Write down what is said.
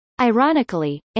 Ironically